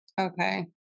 okay